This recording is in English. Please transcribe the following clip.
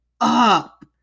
up